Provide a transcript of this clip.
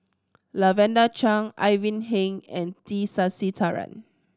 Lavender Chang Ivan Heng and T Sasitharan